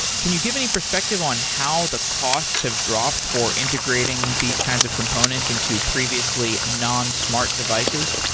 ah can you give any perspective on how the costs have dropped for integrating these kinds of components into previously non-smart devices?